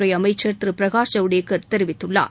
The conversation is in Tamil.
துறை அமைச்சர் திரு பிரகாஷ் ஜவ்டேகர் தெரிவித்துள்ளார்